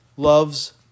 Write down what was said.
loves